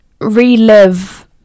relive